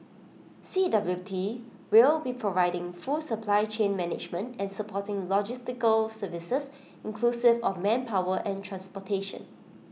C W T will be providing full supply chain management and supporting logistical services inclusive of manpower and transportation